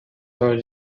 her